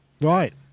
Right